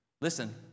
Listen